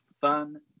fun